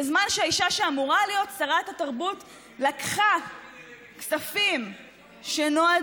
בזמן שהאישה שאמורה להיות שרת התרבות לקחה כספים שנועדו